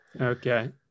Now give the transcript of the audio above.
okay